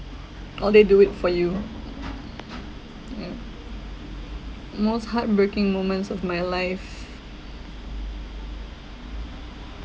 all they do it for you mm most heartbreaking moments of my life